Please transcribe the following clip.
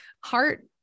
heart